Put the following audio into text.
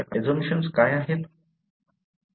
तर अजंप्शन्स काय आहेत